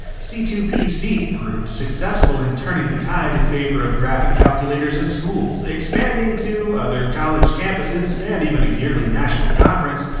c two p c proved successful in turning the tide in favor of graphing calculators in schools, expanding to other college campuses and even a yearly national conference,